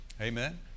Amen